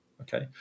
okay